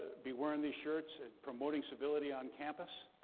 be wearing these shirts and promoting civility on campus.